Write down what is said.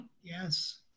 yes